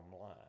line